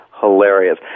hilarious